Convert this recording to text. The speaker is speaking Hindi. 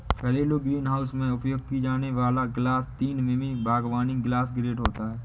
घरेलू ग्रीनहाउस में उपयोग किया जाने वाला ग्लास तीन मिमी बागवानी ग्लास ग्रेड होता है